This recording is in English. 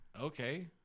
Okay